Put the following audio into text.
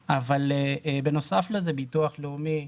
בנוסף לזה ביטוח לאומי,